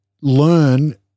learn